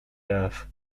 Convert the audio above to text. earth